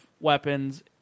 weapons